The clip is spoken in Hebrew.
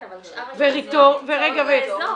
כן, אבל שאר האשפוזיות נמצאות באזור.